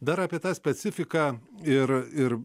dar apie tą specifiką ir ir